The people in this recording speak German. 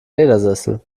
ledersessel